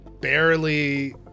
barely